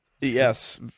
Yes